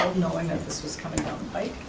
knowing that this was coming down pike.